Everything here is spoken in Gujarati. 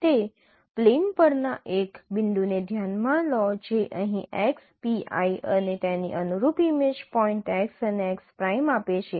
તે પ્લેન પરના એક બિંદુને ધ્યાનમાં લો જે અહીં x pi અને તેની અનુરૂપ ઇમેજ પોઇન્ટ x અને x પ્રાઇમ આપે છે